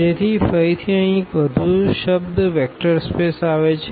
તેથી ફરીથી અહીં એક વધુ શબ્દ વેક્ટર સ્પેસ આવે છે